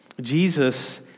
Jesus